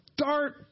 start